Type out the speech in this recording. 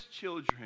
children